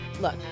Look